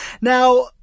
Now